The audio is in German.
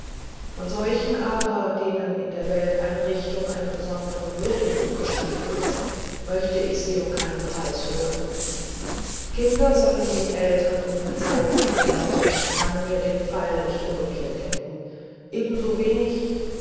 von solchen aber denen in der welteinrichtung eine besondere würde zugestanden ist möchte ich sie um keinen preis hören kinder sollen die eltern um verzeihung bitten aber ich kann mir den fall nicht umgekehrt denken